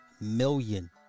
million